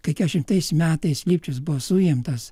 kai keturiasdešimtais metais lipčius buvo suimtas